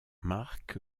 marque